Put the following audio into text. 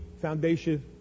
Foundation